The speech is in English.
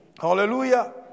Hallelujah